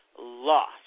lost